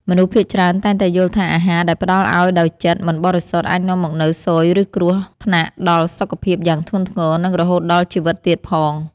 មនុស្សភាគច្រើនតែងតែយល់ថាអាហារដែលផ្តល់ឱ្យដោយចិត្តមិនបរិសុទ្ធអាចនាំមកនូវស៊យឬគ្រោះថ្នាក់ដល់សុខភាពយ៉ាងធ្ងន់ធ្ងរ និងរហូតដល់ជីវិតទៀតផង។